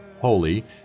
holy